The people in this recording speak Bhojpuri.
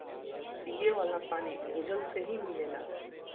पिये वाला पानी भूजल से ही मिलेला